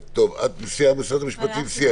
משרד המשפטים סיים, סיימת?